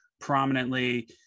prominently